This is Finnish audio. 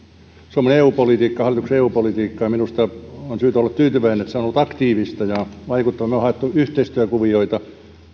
suomen eu politiikkaa hallituksen eu politiikkaa ja minusta on syytä olla tyytyväinen että se on ollut aktiivista ja vaikuttavaa me olemme hakeneet yhteistyökuvioita